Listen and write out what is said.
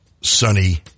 sunny